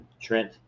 Trent